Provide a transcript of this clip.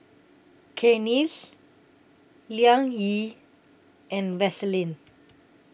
Cakenis Liang Yi and Vaseline